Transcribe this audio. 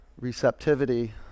receptivity